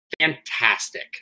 fantastic